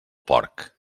porc